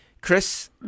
Chris